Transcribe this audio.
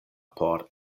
por